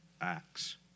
Acts